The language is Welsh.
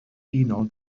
unol